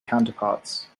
counterparts